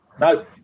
no